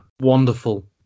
Wonderful